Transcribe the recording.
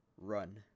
run